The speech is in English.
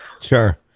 Sure